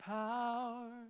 power